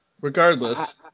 regardless